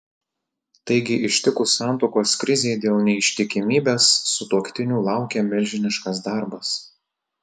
taigi ištikus santuokos krizei dėl neištikimybės sutuoktinių laukia milžiniškas darbas